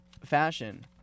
fashion